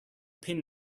pin